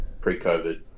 pre-Covid